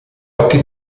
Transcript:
occhi